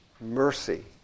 mercy